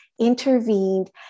intervened